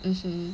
mmhmm